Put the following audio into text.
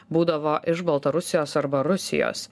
būdavo iš baltarusijos arba rusijos